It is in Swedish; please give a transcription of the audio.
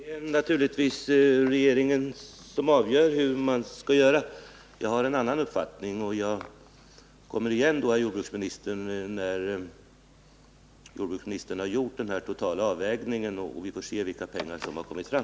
Herr talman! Det är naturligtvis regeringen som avgör hur den skall handla. Jag har en annan uppfattning, och jag återkommer när jordbruksministern har gjort den totala avvägningen och vi har fått se hur mycket pengar som har kommit fram.